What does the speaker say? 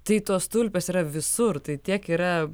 tai tos tulpės yra visur tai tiek yra